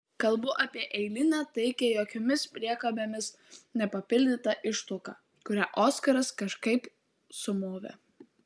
kalbu apie eilinę taikią jokiomis priekabėmis nepapildytą ištuoką kurią oskaras kažkaip sumovė